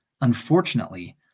Unfortunately